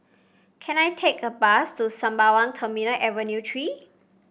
can I take a bus to Sembawang Terminal Avenue Three